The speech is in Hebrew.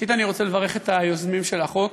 ראשית, אני רוצה לברך את היוזמים של החוק.